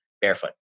barefoot